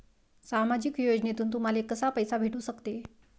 सामाजिक योजनेतून तुम्हाले कसा पैसा भेटू सकते?